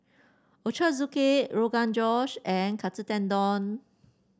Ochazuke Rogan Josh and Katsu Tendon